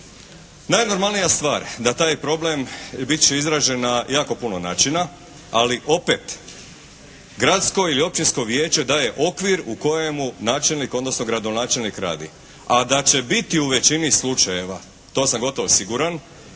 Najnormalnija stvar da taj problem bit će izražen na jako puno načina, ali opet gradsko ili općinsko vijeće daje okvir u kojemu načelnik odnosno gradonačelnik radi. A da će biti u većini slučajeva to sam gotovo siguran